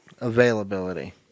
Availability